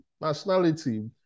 nationality